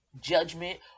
judgment